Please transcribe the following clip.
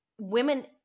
women